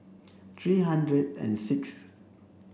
three hundred and sixth